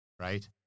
right